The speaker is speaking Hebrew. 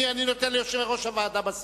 אני נותן ליושבי-ראש הוועדות בסוף.